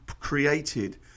created